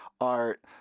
art